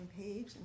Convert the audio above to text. page